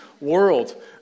world